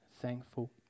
thankful